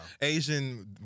Asian